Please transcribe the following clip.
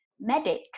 medics